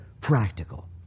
Practical